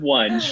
one